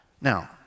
Now